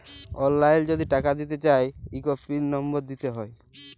অললাইল যদি টাকা দিতে চায় ইক পিল লম্বর দিতে হ্যয়